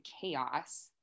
chaos